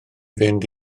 fynd